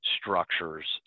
structures